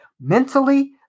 mentally